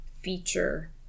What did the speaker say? feature